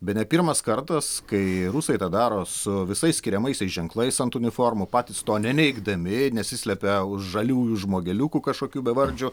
bene pirmas kartas kai rusai tą daro su visais skiriamaisiais ženklais ant uniformų patys to neneigdami nesislepia už žaliųjų žmogeliukų kažkokių bevardžių